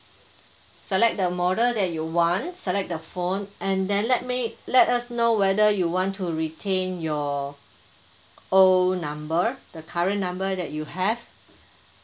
select the model that you want select the phone and then let me let us know whether you want to retain your old number the current number that you have